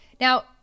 Now